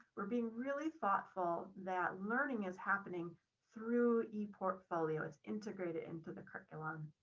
we're being really thoughtful that learning is happening through eportfolio is integrated into the curriculum.